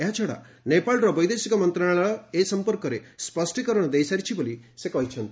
ଏହାଛଡ଼ା ନେପାଳର ବୈଦେଶିକ ମନ୍ତ୍ରଣାଳୟ ଏ ସମ୍ପର୍କରେ ସ୍ୱଷ୍ଟିକରଣ ଦେଇ ସାରିଛି ବୋଲି ସେ କହିଛନ୍ତି